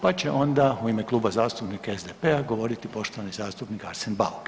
Pa će onda u ime Kluba zastupnika SDP-a govoriti poštovani zastupnik Arsen Bauk.